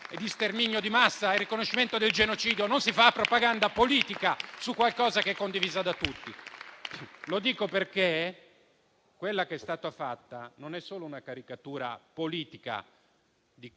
di sterminio di massa e il riconoscimento del genocidio. Non si fa propaganda politica su qualcosa che è condiviso da tutti. Lo dico perché quella che è stata fatta non è solo una caricatura politica di